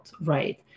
right